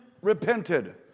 repented